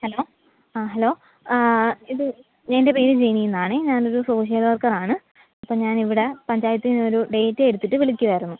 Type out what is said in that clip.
hello ആ hello ഇത് എന്റെ പേര് ജിനി എന്നാണേ ഞാൻ ഒരു സോഷ്യൽ വർക്കർ ആണ് അപ്പോൾ ഞാൻ ഇവിടെ പഞ്ചായത്തിൽ നിന്ന് ഒരു ഡാറ്റ എടുത്തിട്ട് വിളിക്കുവായിരുന്നു